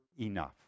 enough